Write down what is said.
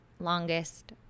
longest